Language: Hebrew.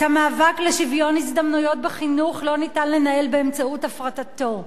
את המאבק לשוויון הזדמנויות בחינוך לא ניתן לנהל באמצעות הפרטתו,